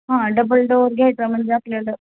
हा double door घ्यायचा म्हणजे आपल्याला